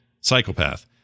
psychopath